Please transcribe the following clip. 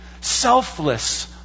selfless